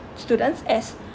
students as